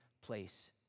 place